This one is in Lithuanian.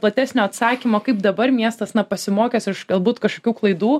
platesnio atsakymo kaip dabar miestas na pasimokęs iš galbūt kažkokių klaidų